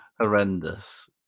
horrendous